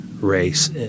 race